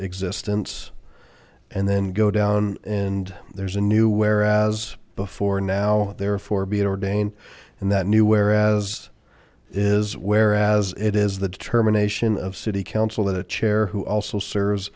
existence and then go down and there's a new whereas before now therefore being ordained and that new whereas is whereas it is the determination of city council at a chair who also serv